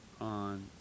on